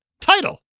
Title